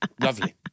lovely